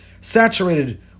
saturated